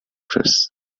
press